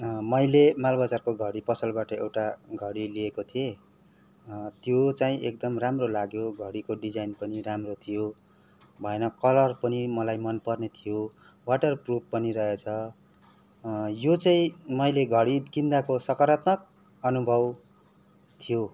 मैले मालबजारको घडी पसलबाट एउटा घडी लिएको थिएँ त्यो चाहिँ एकदम राम्रो लाग्यो घडीको डिजाइन पनि राम्रो थियो भएन कलर पनि मलाई मनपर्ने थियो वाटरप्रुफ पनि रहेछ यो चाहिँ मैले घडी किन्दाको सकारात्मक अनुभव थियो